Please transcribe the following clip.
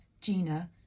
GINA